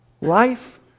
Life